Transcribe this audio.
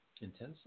Intensely